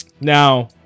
Now